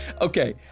Okay